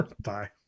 Bye